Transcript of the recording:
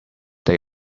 day